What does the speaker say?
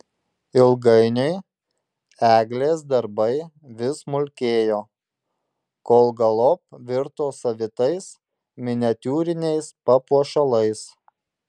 ilgainiui eglės darbai vis smulkėjo kol galop virto savitais miniatiūriniais papuošalais